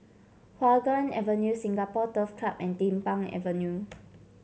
Hua Guan Avenue Singapore Turf Club and Din Pang Avenue